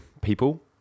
people